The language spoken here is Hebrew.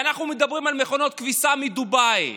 ואנחנו מדברים על מכונות כביסה מדובאי.